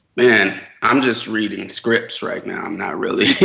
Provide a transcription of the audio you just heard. man. i'm just reading scripts right now. i'm not really